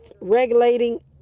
regulating